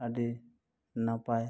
ᱟᱹᱰᱤ ᱱᱟᱯᱟᱭ